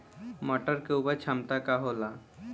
मटर के उपज क्षमता का होला?